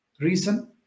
Reason